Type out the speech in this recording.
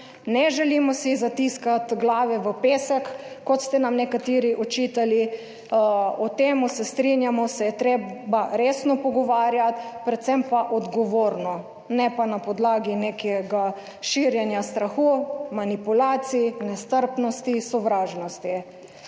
Ne želimo si zatiskati glave v pesek, kot ste nam nekateri očitali: "O tem se strinjamo, se je treba resno pogovarjati predvsem pa odgovorno." - ne pa na podlagi nekega širjenja strahu, manipulacij, nestrpnosti, sovražnosti.